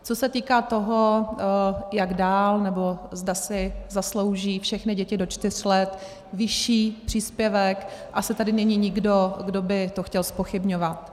Co se týká toho, jak dál, nebo zda si zaslouží všechny děti do čtyř let vyšší příspěvek, asi tady není nikdo, kdo by to chtěl zpochybňovat.